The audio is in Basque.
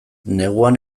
neguan